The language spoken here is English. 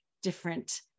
Different